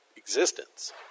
existence